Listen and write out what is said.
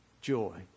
joy